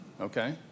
Okay